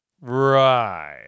Right